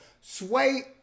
Sway